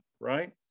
right